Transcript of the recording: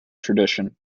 tradition